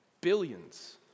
Billions